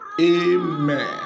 amen